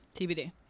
TBD